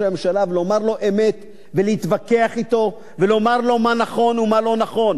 הממשלה ולומר לו אמת ולהתווכח אתו ולומר לו מה נכון ומה לא נכון.